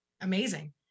amazing